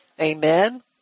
Amen